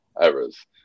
errors